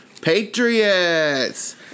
Patriots